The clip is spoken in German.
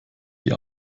die